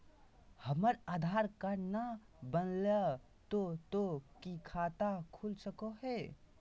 हमर आधार कार्ड न बनलै तो तो की खाता खुल सको है?